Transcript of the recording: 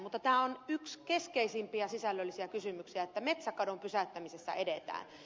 mutta tämä on yksi keskeisimpiä sisällöllisiä kysymyksiä että metsäkadon pysäyttämisessä edetään